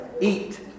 Eat